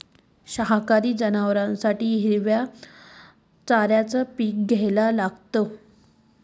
शाकाहारी जनावरेस करता हिरवय ना पिके चारा करता लेतस